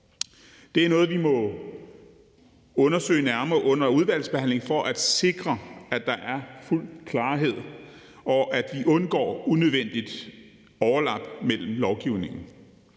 Det er noget, vi må undersøge nærmere under udvalgsbehandlingen for at sikre, at der er fuld klarhed, og at vi undgår unødvendige overlap i lovgivningen.